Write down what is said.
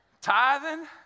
Tithing